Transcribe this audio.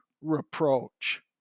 reproach